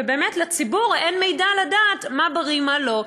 ובאמת לציבור אין מידע כדי לדעת מה בריא ומה לא,